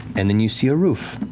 and then you see a roof.